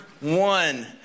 one